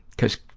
because,